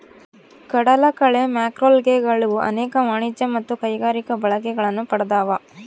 ಕಡಲಕಳೆ ಮ್ಯಾಕ್ರೋಲ್ಗೆಗಳು ಅನೇಕ ವಾಣಿಜ್ಯ ಮತ್ತು ಕೈಗಾರಿಕಾ ಬಳಕೆಗಳನ್ನು ಪಡ್ದವ